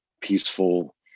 peaceful